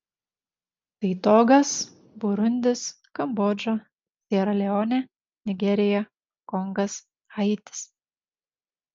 tai togas burundis kambodža siera leonė nigerija kongas haitis